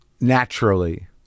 naturally